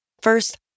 First